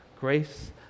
grace